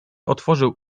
otworzył